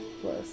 plus